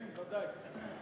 בוודאי.